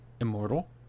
immortal